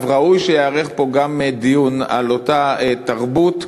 ראוי שייערך בו גם דיון על אותה תרבות,